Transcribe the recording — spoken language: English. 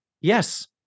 Yes